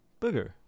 booger